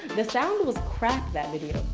the sound was crap that video.